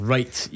Right